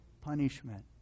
punishment